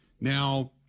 now